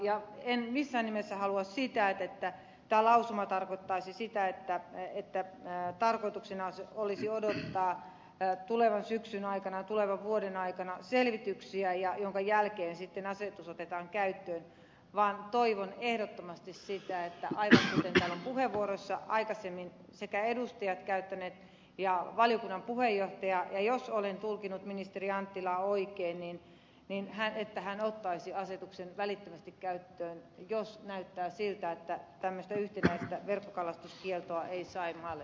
ja en missään nimessä halua että tämä lausuma tarkoittaisi sitä että tarkoituksena olisi odottaa tulevan syksyn aikana ja tulevan vuoden aikana selvityksiä minkä jälkeen sitten asetus otetaan käyttöön vaan toivon ehdottomasti sitä aivan kuten täällä ovat aikaisemmin sekä edustajat että valiokunnan puheenjohtaja puheenvuoroissaan esittäneet ja jos olen tulkinnut ministeri anttilaa oikein että hän ottaisi asetuksen välittömästi käyttöön jos näyttää siltä että tämmöistä yhtenäistä verkkokalastuskieltoa ei saimaalle pystytä saamaan